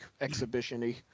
exhibition-y